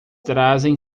trazem